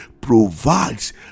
provides